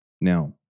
Now